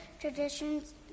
traditions